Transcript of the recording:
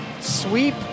sweep